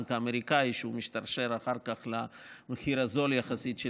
הבנק האמריקני שמשתרשר אחר כך למחיר הנמוך יחסית של